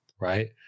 right